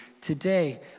today